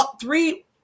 three